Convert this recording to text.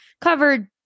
covered